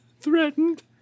threatened